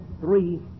three